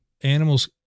Animals